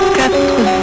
Quatre